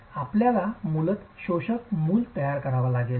आपल्याला मूलतः शोषक मूस तयार करावा लागेल